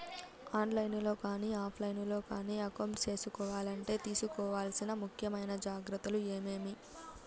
On line లో కానీ offline లో కానీ అకౌంట్ సేసుకోవాలంటే తీసుకోవాల్సిన ముఖ్యమైన జాగ్రత్తలు ఏమేమి?